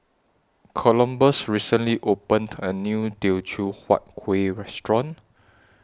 Columbus recently opened A New Teochew Huat Kuih Restaurant